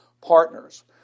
partners